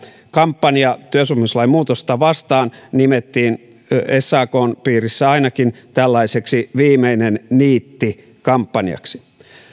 kampanja työsopimuslain muutosta vastaan nimettiin ainakin sakn piirissä tällaiseksi viimeinen niitti kampanjaksi